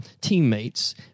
teammates